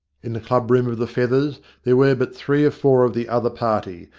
in the club-room of the feathers there were but three or four of the other party,